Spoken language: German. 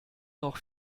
noch